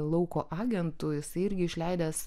lauko agentų jisai irgi išleidęs